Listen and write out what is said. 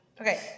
Okay